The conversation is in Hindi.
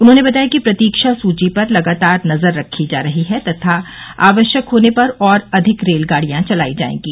उन्होंने बताया कि प्रतीक्षा सूची पर लगातार नजर रखी जा रही है तथा आवश्यक होने पर और रेलगाड़ियां चलाई जाएंगी